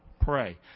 Pray